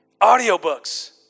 Audiobooks